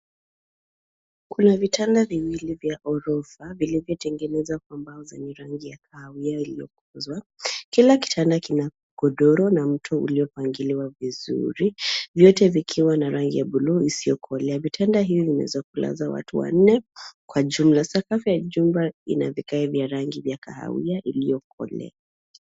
Kuna vitanda viwili vya ghorofa vilivyotengenezwa kwa mbao zenye ngozi ya kahawia iliyokuzwa. Kila kitanda kina godoro na mto uliopangiliwa vizuri, vyote vikiwa na rangi ya buluu isiyokolea. Vitanda hivi vinaweza kulaza watu wanne kwa jumla. Sakafu ya jumla ina vigae vya rangi vya kahawia iliyokolea.